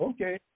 Okay